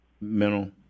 Mental